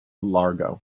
largo